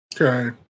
Okay